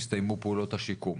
הסתיימו פעולות השיקום.